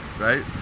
right